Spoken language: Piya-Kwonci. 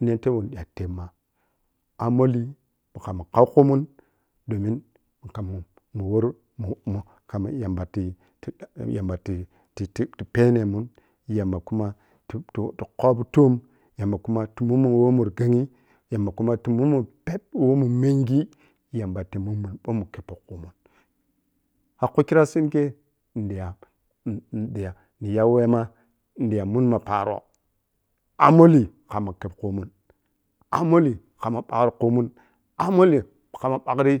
itei niƌa tebma ammonli khamma khau khu mun domin kham mun worru mu mu khammi yamba ti-ti-ti-ti pɛne mun, yamba kuma ti tutu khobi tuam yamba kuma tu mumun woh mur kenyi, yamba kuma ta mumun woh pɛp woh mum mummenii, yamba ti mun mum bou mun khebpo khumun kha khu khra sinkei mundiya mun-mun ƌiya yauwema nidiya munma paro ammoui khamma kheb khumun,-ammolli khamma khau khu mun khamma ɓagri khumun-ammolli khamma ɓagri